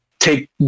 take